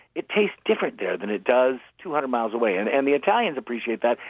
it tastes different there than it does two hundred miles away. and and the italians appreciate that.